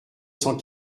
cent